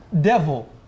devil